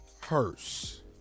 hearse